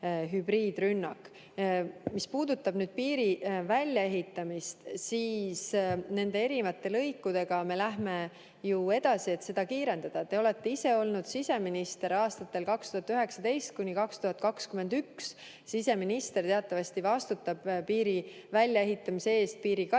Mis puudutab piiri väljaehitamist, siis nende erinevate lõikudega me lähme ju edasi, et seda [protsessi] kiirendada. Te olete ise olnud siseminister aastatel 2019–2021. Siseminister teatavasti vastutab piiri väljaehitamise eest, piiri kaitsmise